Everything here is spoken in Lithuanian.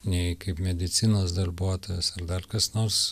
nei kaip medicinos darbuotojas ar dar kas nors